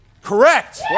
Correct